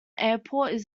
airport